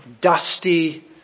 dusty